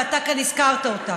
ואתה כאן הזכרת אותה.